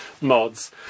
mods